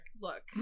Look